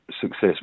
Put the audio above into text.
success